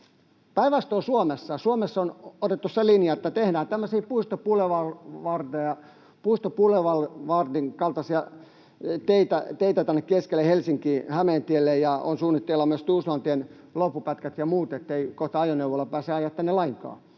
Päinvastoin Suomessa on otettu se linja, että tehdään tämmöisiä puistobulevardin kaltaisia teitä tänne keskelle Helsinkiä, Hämeentielle, ja on suunnitteilla myös Tuusulantien loppupätkät ja muut, ettei kohta ajoneuvolla pääse ajamaan tänne lainkaan.